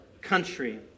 country